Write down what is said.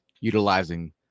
utilizing